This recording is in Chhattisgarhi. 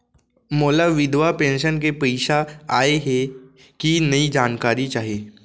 मोला विधवा पेंशन के पइसा आय हे कि नई जानकारी चाही?